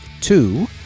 two